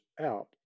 out